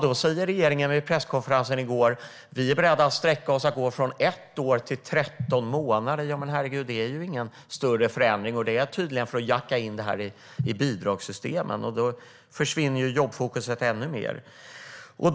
Då säger regeringen vid presskonferensen i går att de är beredda att sträcka sig från ett år till 13 månader. Herregud, det är ju ingen större förändring, och det är tydligen för att jacka in det här i bidragssystemen, vilket gör att jobbfokus försvinner ännu mer.